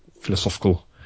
philosophical